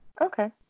Okay